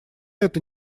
это